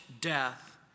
death